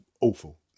awful